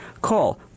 Call